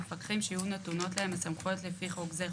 מפקחים שיהיו נתונות להם הסמכויות לפי חוק זה,